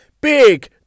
Big